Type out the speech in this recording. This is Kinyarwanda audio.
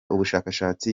ubushakashatsi